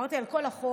עברתי על כל החוק,